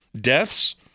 deaths